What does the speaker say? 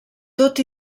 tot